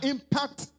Impact